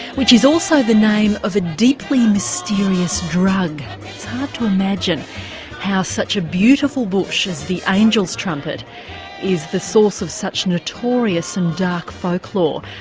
which is also the name of a deeply mysterious to imagine how such a beautiful bush as the angel's trumpet is the source of such notorious and dark folklore.